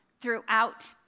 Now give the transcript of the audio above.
throughout